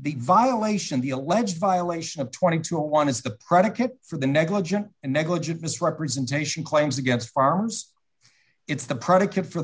the violation the alleged violation of twenty one is the predicate for the negligent and negligent misrepresentation claims against farms it's the predicate for